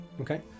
Okay